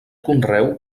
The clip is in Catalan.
conreu